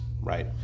right